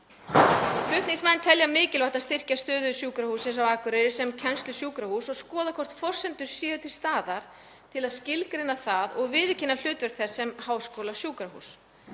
Flutningsmenn telja mikilvægt að styrkja stöðu Sjúkrahússins á Akureyri sem kennslusjúkrahúss og skoða hvort forsendur séu til staðar til að skilgreina það og viðurkenna hlutverk þess sem háskólasjúkrahúss.